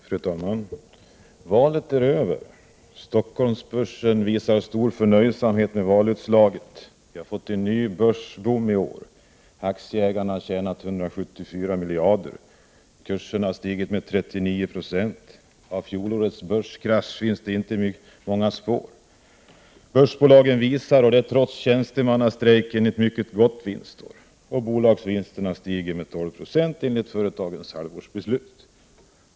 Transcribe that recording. Fru talman! Valet är över. Stockholmsbörsen visar stor förnöjelse över valutslaget. Vi har en ny börsboom i år. Aktieägarna har tjänat 174 miljarder. Kurserna har stigit med 39 90. Av fjolårets börskrasch finns det inte många spår. Börsboiagen visar — trots tjänstemannastrejken — ett mycket gott vinstår. Bolagsvinsterna stiger med 12 96 enligt företagens halvårsbokslut.